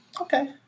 Okay